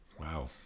Wow